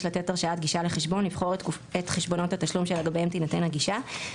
לתת הרשאת גישה לחשבון לבחור את חשבונות התשלום שלגביהם תינתן הגישה,